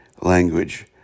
language